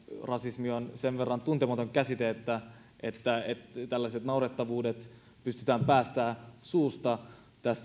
rasismi on sen verran tuntematon käsite että että tällaiset naurettavuudet pystytään päästämään suusta